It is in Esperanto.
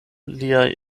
liaj